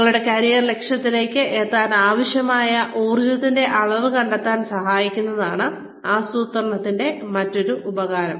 നിങ്ങളുടെ കരിയർ ലക്ഷ്യത്തിലേക്ക് എത്താൻ ആവശ്യമായ ഊർജത്തിന്റെ അളവ് കണ്ടെത്താൻ സഹായിക്കുന്നതാണ് ആസൂത്രണത്തിന്റെ മറ്റൊരു ഉപകാരം